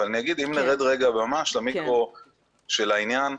אבל אם נרד רגע למיקרו של העניין,